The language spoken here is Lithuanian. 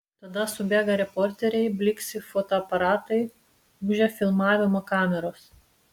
tada subėga reporteriai blyksi fotoaparatai ūžia filmavimo kameros